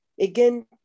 again